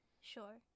Sure